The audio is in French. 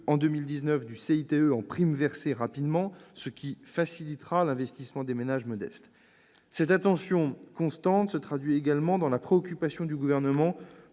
énergétique, en prime versée rapidement, qui facilitera l'investissement des ménages modestes. Cette attention constante se traduit également par la préoccupation du Gouvernement